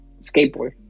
skateboard